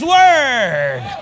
word